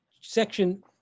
Section